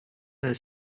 the